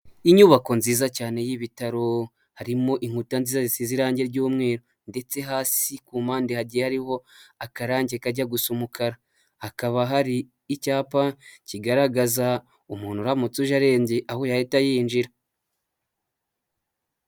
Inyubako nziza cyane y'ibitaro harimo inkuta nziza zisize irangi ry'umweru ndetse hasi kumande hagiye harihoho akarange kajya gusa umukara hakaba hari icyapa kigaragaza umuntu uramutse uje aremby aho yahita yinjira.